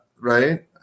Right